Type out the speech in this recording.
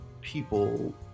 people